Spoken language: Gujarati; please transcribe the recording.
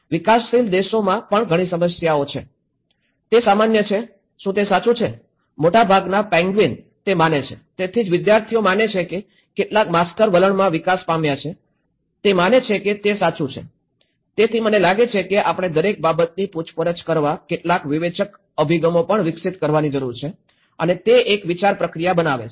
વિકાસશીલ દેશોમાં પણ ઘણી સમસ્યા છે તે સામાન્ય છે શું તે સાચું છે મોટાભાગના પેન્ગ્વિન તે માને છે તેથી જ વિદ્યાર્થીઓ માને છે કે કેટલાક માસ્ટર વલણમાં વિકાસ પામ્યા છે તે માને છે કે તે સાચું છે તેથી મને લાગે છે કે આપણે દરેક બાબતની પૂછપરછ કરવાના કેટલાક વિવેચક અભિગમો પણ વિકસિત કરવાની જરૂર છે અને તે એક વિચાર પ્રક્રિયા બનાવે છે